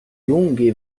lunghi